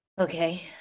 Okay